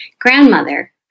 grandmother